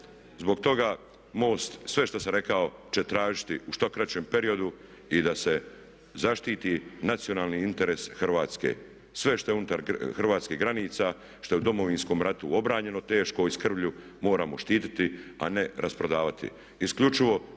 Zbog toga MOST sve što sam rekao će tražiti u što kraćem periodu i da se zaštiti nacionalni interes Hrvatske. Sve što je unutar hrvatskih granica što je u Domovinskom ratu obranjeno teško i s krvlju moramo štiti a ne rasprodavati